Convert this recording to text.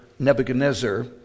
Nebuchadnezzar